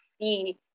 see